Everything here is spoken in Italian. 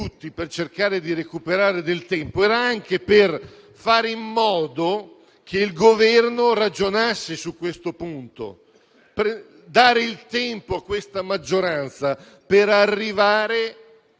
per cercare di recuperare del tempo, era anche per fare in modo che il Governo ragionasse su questo punto; dare tempo a questa maggioranza per arrivare